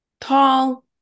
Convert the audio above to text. tall